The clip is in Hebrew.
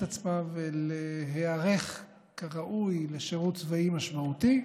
עצמם ולהיערך כראוי לשירות צבאי משמעותי.